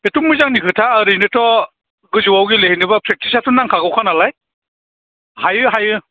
बेथ' मोजांनि खोथा ओरैनोथ' गोजौआव गेलेहैनोबा प्रेक्टिसा नांखागौखा नालाय हायो हायो